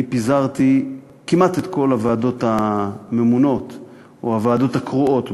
אני פיזרתי כמעט את כל הוועדות הממונות או הוועדות הקרואות בארץ.